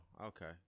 okay